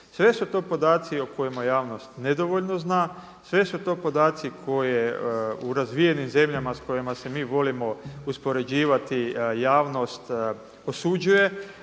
Sve su to podaci o kojima javnost nedovoljno zna, sve su to podaci koje u razvijenim zemljama s kojima se mi volimo uspoređivati, javnost osuđuje,